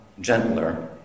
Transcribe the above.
gentler